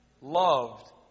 loved